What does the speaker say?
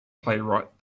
playwright